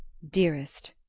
dearest!